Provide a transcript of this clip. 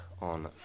on